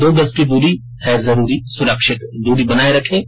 दो गज की दूरी है जरूरी सुरक्षित दूरी बनाए रखें